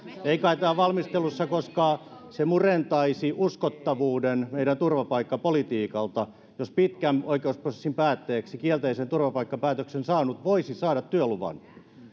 ei kai tämä ole valmistelussa nimittäin se murentaisi uskottavuuden meidän turvapaikkapolitiikalta jos pitkän oikeusprosessin päätteeksi kielteisen turvapaikkapäätöksen saanut voisi saada työluvan